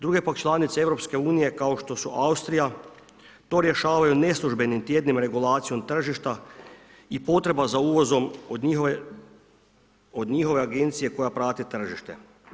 Druge pak članice EU kao što su Austrija, to rješavaju neslužbenim tjednima regulacijom tržišta i potreba za uvozom od njihove agencije koja prati tržište.